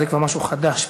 זה כבר משהו חדש,